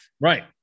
Right